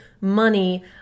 money